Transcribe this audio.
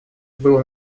был